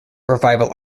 revival